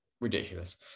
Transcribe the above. ridiculous